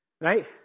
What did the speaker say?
right